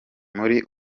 muri